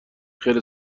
خیر